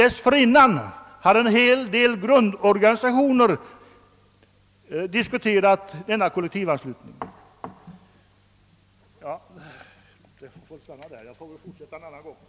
Dessförinnan hade en hel del grundorganisationer diskuterat anslutningen. Jag kan tillägga att beslutet som sedan fattades var enhälligt.